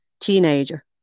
teenager